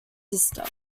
sister